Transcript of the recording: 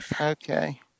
Okay